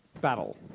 battle